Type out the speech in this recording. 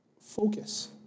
focus